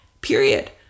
period